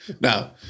Now